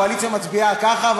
הקואליציה מצביעה ככה,